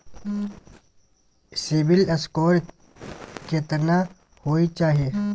CIBIL score केतना होय चाही?